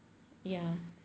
ya